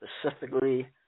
specifically